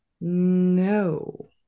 no